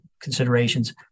considerations